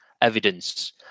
evidence